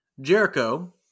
Jericho